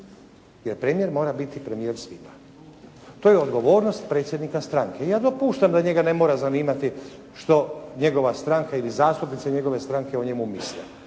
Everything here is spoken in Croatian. jer premijer mora biti premijer svima. To je odgovornost predsjednika stranke i ja dopuštam da njega ne mora zanimati što njegova stranka ili zastupnici njegove stranke o njemu misle.